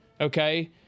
Okay